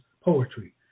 poetry